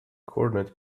coordinate